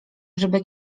żeby